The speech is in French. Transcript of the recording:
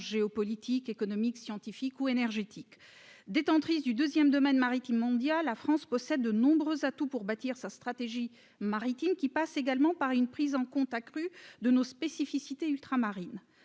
géopolitique, économique, scientifique ou énergétiques détentrice du 2ème domaine maritime mondial, la France possède de nombreux atouts pour bâtir sa stratégie maritime qui passe également par une prise en compte accrue de nos spécificités ultramarines